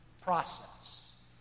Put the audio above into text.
process